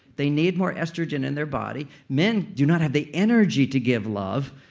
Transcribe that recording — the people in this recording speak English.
they need more estrogen in their body. men do not have the energy to give love,